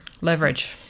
Leverage